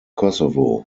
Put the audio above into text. kosovo